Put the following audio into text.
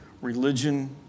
religion